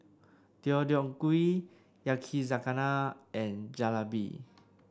Deodeok Gui Yakizakana and Jalebi